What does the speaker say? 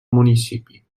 municipi